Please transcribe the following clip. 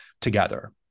together